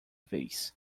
vez